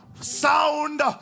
sound